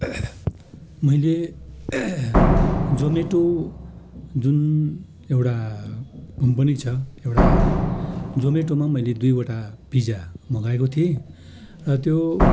मैले जोमेटो जुन एउटा कम्पनी छ एउटा जोमेटोमा मैले दुईवटा पिजा मगाएको थिएँ र त्यो